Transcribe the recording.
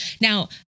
Now